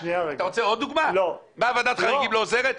אתה רוצה עוד דוגמה שמראה שוועדת חריגים לא עוזרת?